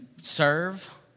serve